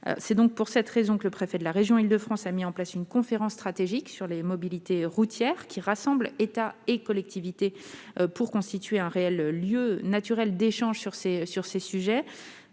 C'est pour cette raison que le préfet de la région d'Île-de-France a mis en place une conférence stratégique sur les mobilités routières, rassemblant État et collectivités, pour constituer un véritable lieu naturel d'échanges sur ces sujets.